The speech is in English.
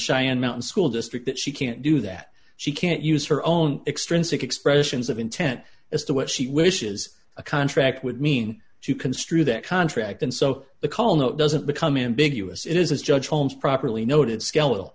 cheyenne mountain school district that she can't do that she can't use her own extrinsic expressions of intent as to what she wishes a contract would mean to construe that contract and so the call no it doesn't become in big us it is as judge holmes properly noted skeletal